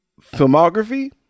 filmography